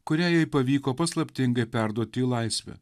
kurią jai pavyko paslaptingai perduoti į laisvę